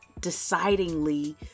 decidingly